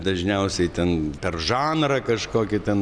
dažniausiai ten per žanrą kažkokį ten